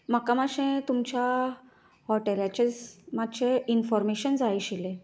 म्हाका मातशें तुमच्या हॉटेलाचें मातशें इनफोरमेशन जाय आशिल्लें